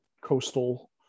coastal